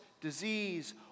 disease